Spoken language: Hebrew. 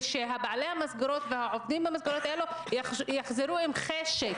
ושבעלי המסגרות והעובדים במסגרות האלו יחזרו עם חשק,